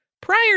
prior